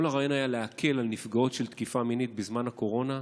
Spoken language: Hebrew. כל הרעיון היה להקל על נפגעות של תקיפה מינית בזמן הקורונה,